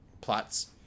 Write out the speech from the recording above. plots